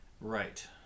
right